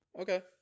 okay